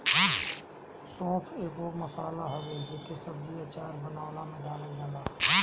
सौंफ एगो मसाला हवे जेके सब्जी, अचार बानवे में डालल जाला